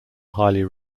highly